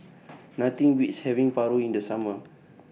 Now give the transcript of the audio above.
Nothing Beats having Paru in The Summer